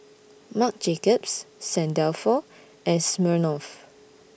Marc Jacobs Saint Dalfour and Smirnoff